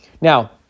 Now